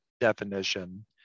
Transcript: definition